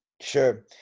Sure